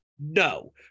No